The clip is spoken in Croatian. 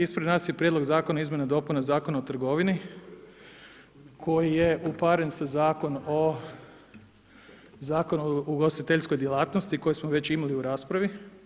Ispred nas je prijedlog zakona izmjena i dopuna Zakona o trgovini koji je uparen sa Zakonom o ugostiteljskoj djelatnosti kojeg smo već imali u raspravi.